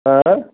آ